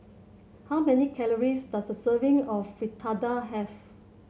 how many calories does a serving of Fritada have